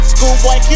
Schoolboy